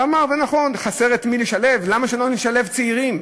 אמר, ונכון: חסר את מי לשלב, למה שלא נשלב צעירים?